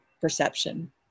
perception